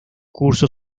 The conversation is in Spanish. cursó